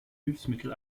hilfsmittel